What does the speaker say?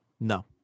No